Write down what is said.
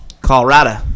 Colorado